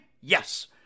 Yes